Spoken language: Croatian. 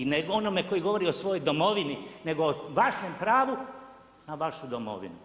Nego onome koji govori o svojoj domovini, nego o vašem pravu na vašu domovinu.